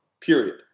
period